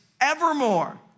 evermore